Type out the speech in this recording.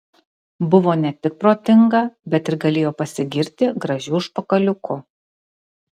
buvo ne tik protinga bet ir galėjo pasigirti gražiu užpakaliuku